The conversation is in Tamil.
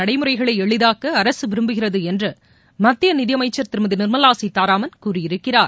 நடைமுறைகளை எளிதாக்க அரசு விரும்புகிறது என்று மத்திய நிதியமைச்சர் திருமதி நிர்மலா சீதாராமன் கூறியிருக்கிறார்